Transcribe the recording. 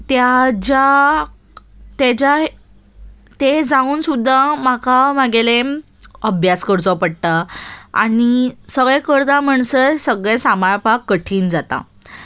त्या ज्या ताच्या तें जावन सुद्दां म्हाका म्हगेलें अभ्यास करचो पडटा आनी सगळें करता म्हणसर सगळें सांबाळपाक कठीण जाता